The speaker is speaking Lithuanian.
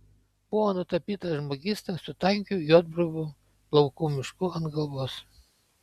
buvo nutapytas žmogysta su tankiu juodbruvų plaukų mišku ant galvos